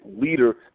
leader